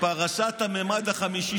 פרשת המימד החמישי,